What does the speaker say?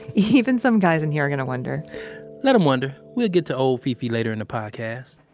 even some guys in here are gonna wonder let em wonder. we'll get to old fi-fi later in the podcast